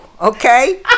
okay